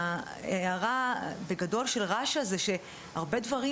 ההערה בגדול של רש"א היא שהרבה דברים